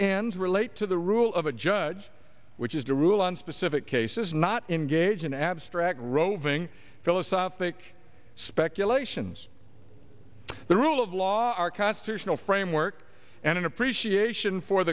ends relate to the rule of a judge which is to rule on specific cases not engage in abstract roving philosophic speculations the rule of law our constitutional framework and an appreciation for